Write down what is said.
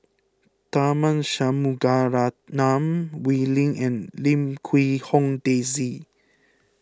Tharman Shanmugaratnam Wee Lin and Lim Quee Hong Daisy